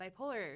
bipolar